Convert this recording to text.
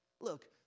Look